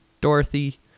Dorothy